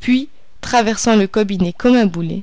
puis traversant le cabinet comme un boulet